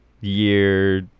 year